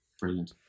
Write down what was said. brilliant